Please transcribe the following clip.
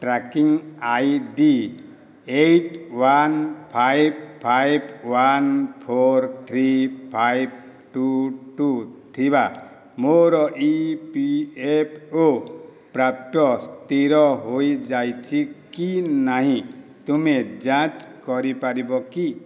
tracking ID eight one five five one four three five two two ଥିବା ମୋର EPFO ପ୍ରାପ୍ୟ ସ୍ଥିର ହୋଇଯାଇଛି କି ନାହିଁ ତୁମେ ଯାଞ୍ଚ କରିପାରିବ କି